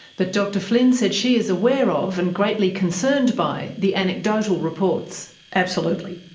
but dr flynn said she is aware of and greatly concerned by the anecdotal reports. absolutely.